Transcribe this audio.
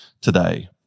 today